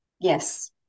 Yes